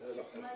הזמנית,